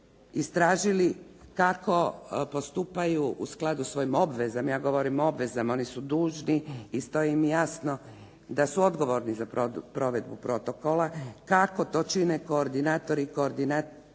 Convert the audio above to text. istražili kako postupaju u skladu sa svojim obvezama. Ja govorim o obvezama. Oni su dužni i stojim jasno da su odgovorni za provedbu protokola. Kako to čine koordinatori i koordinatorice